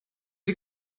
die